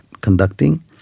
conducting